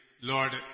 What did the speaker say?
Lord